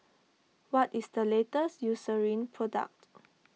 what is the latest Eucerin product